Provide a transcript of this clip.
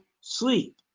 sleep